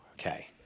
Okay